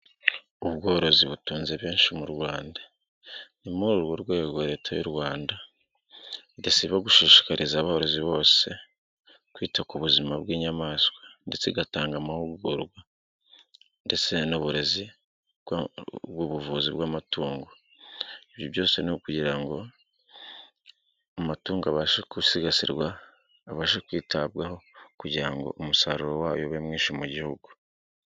Ubworozi butunze benshi mu Rwanda, ni muri urwo rwego leta y'u Rwanda idasiba gushishikariza abarozi bose kwita ku buzima bw'inyamaswa ndetse igatanga amahugurwa ndetse n'uburezi bw'ubuvuzi bw'amatungo. Ibyo byose ni ukugira ngo amatungo abashe gusigasirwa abashe kwitabwaho kugira ngo umusaruro wayo ube mwinshi mu gihugu.